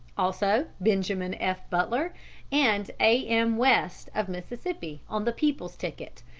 also benjamin f. butler and a. m. west, of mississippi, on the people's ticket,